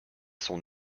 son